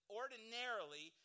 ordinarily